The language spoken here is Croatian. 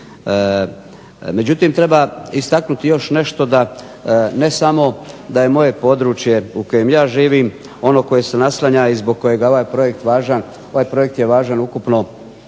Međutim, treba istaknuti još nešto, ne samo da je moje područje u kojem ja živim ono koje se naslanja i zbog kojeg je ovaj projekt važan.